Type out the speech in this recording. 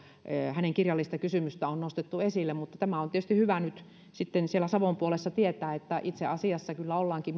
hänen kirjallista kysymystään on nostettu esille mutta tämä on tietysti hyvä nyt sitten siellä savon puolessa tietää että itse asiassa kyllä ollaankin